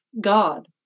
God